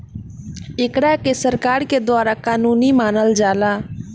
एकरा के सरकार के द्वारा कानूनी मानल जाला